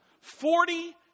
Forty